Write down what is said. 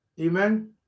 amen